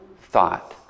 thought